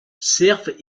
cerf